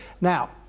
Now